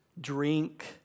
drink